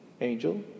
angel